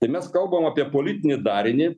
tai mes kalbam apie politinį darinį